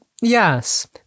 Yes